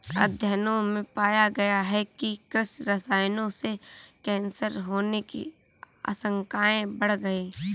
अध्ययनों में पाया गया है कि कृषि रसायनों से कैंसर होने की आशंकाएं बढ़ गई